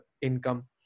income